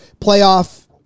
playoff